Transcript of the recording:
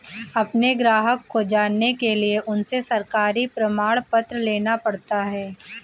अपने ग्राहक को जानने के लिए उनसे सरकारी प्रमाण पत्र लेना पड़ता है